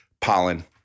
pollen